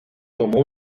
como